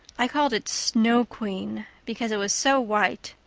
i called it snow queen because it was so white.